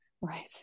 Right